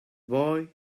boy